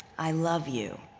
i love you.